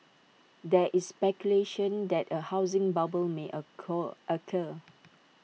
there is speculation that A housing bubble may occur